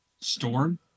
Storm